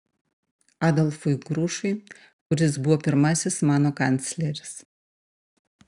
adolfui grušui kuris buvo pirmasis mano kancleris